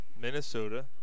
Minnesota